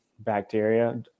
bacteria